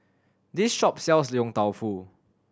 this shop sells Yong Tau Foo